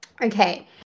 Okay